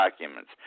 documents